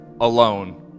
alone